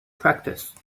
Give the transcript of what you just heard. practice